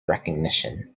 recognition